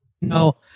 No